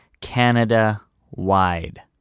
Canada-wide